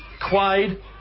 Quaid